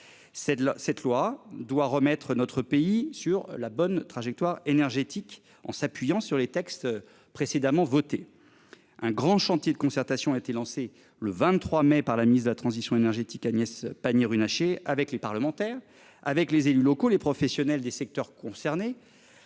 cette loi doit remettre notre pays sur la bonne trajectoire énergétique en s'appuyant sur les textes précédemment voté un grand chantier de concertation a été lancée le 23 mai par la ministre de la transition énergétique Agnès Pannier-Runacher avec les parlementaires avec les élus locaux, les professionnels des secteurs concernés